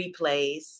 replays